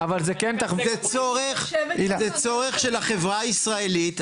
זה צורך של החברה הישראלית,